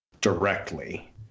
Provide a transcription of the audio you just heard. directly